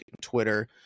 twitter